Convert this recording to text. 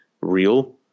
real